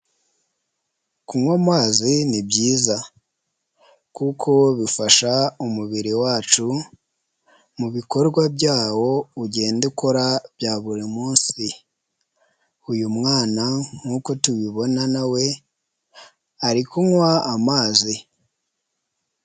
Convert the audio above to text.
Kunywa amazi ni byiza kuko bifasha umubiri wacu mu bikorwa byawo ugenda ukora bya buri munsi. Uyu mwana nk'uko tubibona na we ari kunywa amazi.